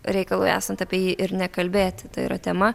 reikalui esant apie jį ir nekalbėti tai yra tema